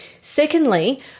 Secondly